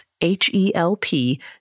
H-E-L-P